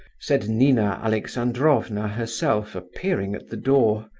said nina alexandrovna herself, appearing at the door.